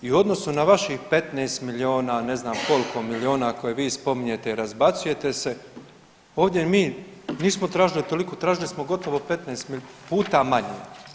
I u odnosu na vaših 15 milijuna, ne znam koliko milijuna koje vi spominjete i razbacujete se, ovdje mi nismo tražili toliko, tražili smo gotovo 15 puta manje.